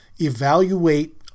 evaluate